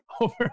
over